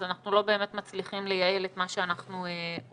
אז אנחנו לא באמת מצליחים לייעל את מה שאנחנו רוצים.